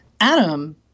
Adam